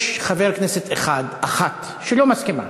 יש חברת כנסת אחת שלא מסכימה,